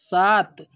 सात